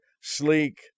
sleek